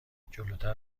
جلوتر